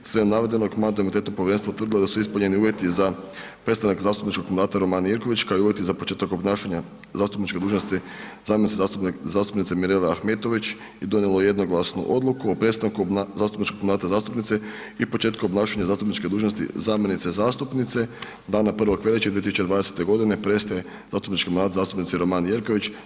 Iz svega navedenog, Mandatno-imunitetno povjerenstvo utvrdilo je da su ispunjeni uvjeti za prestanak zastupničkog mandata Romani Jerković kao i uvjeti za početak obnašanja zastupničke dužnosti zamjenice zastupnice Mirele Ahmetović i donijelo je jednoglasnu odluku o prestanku zastupničkog mandata zastupnice i početku obnašanja zastupničke dužnosti zamjenice zastupnice, dana 1. veljače 2020. g., prestaje zastupnički mandat zastupnici Romani Jerković.